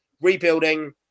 rebuilding